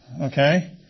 Okay